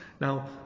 now